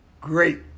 great